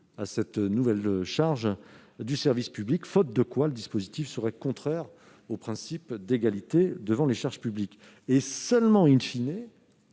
à cette nouvelle charge de service public, faute de quoi le dispositif serait contraire au principe d'égalité devant les charges publiques. C'est seulement que